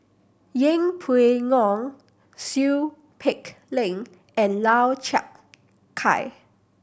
Yeng Pway Ngon Seow Peck Leng and Lau Chiap Khai